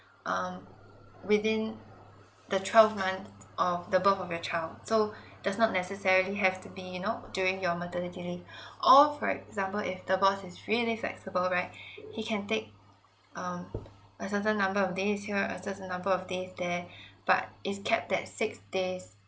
um within the twelve months of the birth of your child so does not necessarily have to be you know during your maternity leave or for example if the boss is really flexible right he can take um a certain number of days here a certain number of days there but it's capped at six days